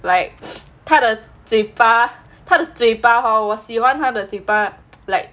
like 他的嘴巴他的嘴巴 hor 我喜欢他的嘴巴 like